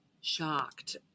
shocked